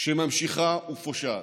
שממשיכה ופושה.